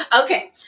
Okay